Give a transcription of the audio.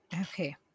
Okay